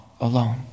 alone